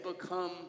become